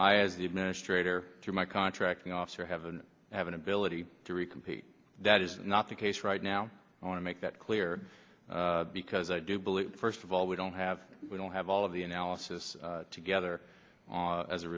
i as the administrator through my contracting officer have an have an ability to repeat that is not the case right now i want to make that clear because i do believe first of all we don't have we don't have all of the analysis together on as a